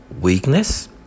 Weakness